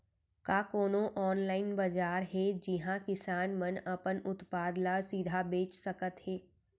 का कोनो अनलाइन बाजार हे जिहा किसान मन अपन उत्पाद ला सीधा बेच सकत हे?